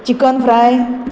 chicken fry